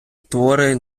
твори